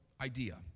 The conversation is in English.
idea